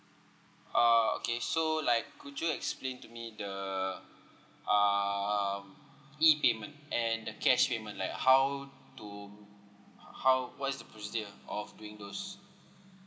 uh okay so like could you explain to me the um e payment and the cash payment like how to how what's the procedure of doing those